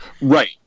Right